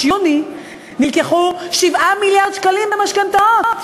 יוני נלקחו 7 מיליארד שקלים במשכנתאות